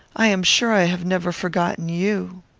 i am sure i have never forgotten you.